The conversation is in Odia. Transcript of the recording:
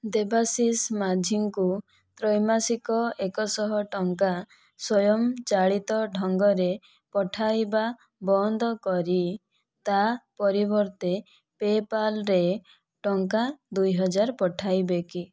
ଦେବାଶିଷ ମାଝୀଙ୍କୁ ତ୍ରୈମାସିକ ଏକ ଶହ ଟଙ୍କା ସ୍ୱୟଂ ଚାଳିତ ଢଙ୍ଗରେ ପଠାଇବା ବନ୍ଦ କରି ତା ପରିବର୍ତ୍ତେ ପେପାଲ୍ରେ ଟଙ୍କା ଦୁଇହଜାର ପଠାଇବେ କି